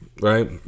right